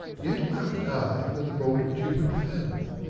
yet mark'd i where the bolt of cupid fell.